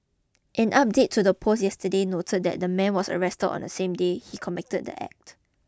an update to the post yesterday noted that the man was arrested on the same day he committed the act